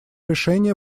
решение